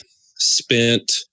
spent